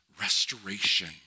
restoration